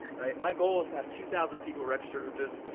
right, my goal was to have two thousand people registered with this,